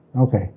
Okay